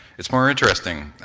it's more interesting,